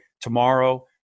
tomorrow